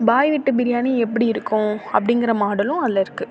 பாய் வீட்டு பிரியாணி எப்படி இருக்கும் அப்படிங்கிற மாடலும் அதில் இருக்குது